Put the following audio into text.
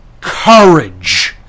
courage